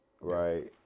right